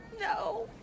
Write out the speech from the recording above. No